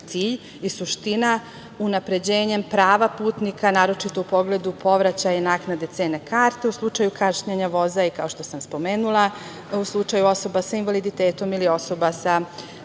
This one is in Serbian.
cilj i suština, unapređenjem prava putnika, naročito u pogledu povraćaja naknade cene karte u slučaju kašnjenja voza i, kao što sam i spomenula, u slučaju osoba sa invaliditetom ili osoba sa